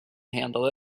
handle